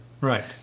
Right